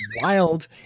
wild